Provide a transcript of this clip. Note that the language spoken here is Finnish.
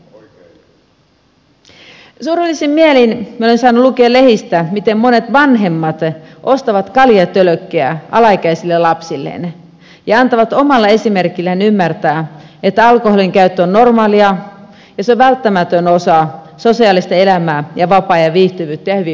surullisin mielin minä olen saanut lukea lehdistä miten monet vanhemmat ostavat kaljatölkkejä alaikäisille lapsilleen ja antavat omalla esimerkillään ymmärtää että alkoholinkäyttö on normaalia ja se on välttämätön osa sosiaalista elämää ja vapaa ajan viihtyvyyttä ja hyvinvointia